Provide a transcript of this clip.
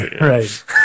Right